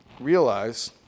realize